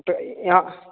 ओ तऽ यहाँ